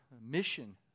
mission